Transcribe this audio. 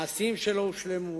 מעשים שלא הושלמו,